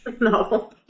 No